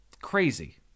crazy